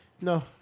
no